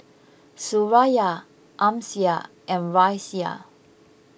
Suraya Amsyar and Raisya